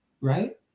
right